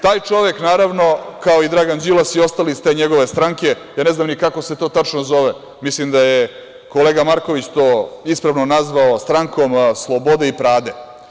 Taj čovek naravno, kao i Dragan Đilas i ostali iz te njegove stranke, ne znam ni kako se to tačno zove, mislim da je kolega Marković to ispravno nazvao strankom „slobode i prade“